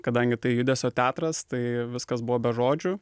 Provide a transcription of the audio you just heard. kadangi tai judesio teatras tai viskas buvo be žodžių